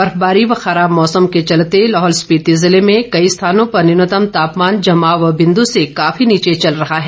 बर्फबारी व खराब मौसम के चलते लाहौल स्पिति जिले में कई स्थानों पर न्यूनतम तापमान जमाव बिंदु से काफी नीचे चल रहा है